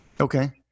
Okay